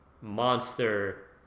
monster